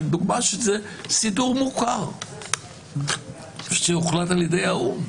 היא דוגמה לסידור מוכר שהוחלט על ידי האו"ם.